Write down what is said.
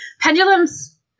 pendulums